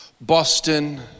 Boston